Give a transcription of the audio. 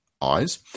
eyes